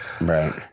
Right